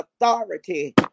authority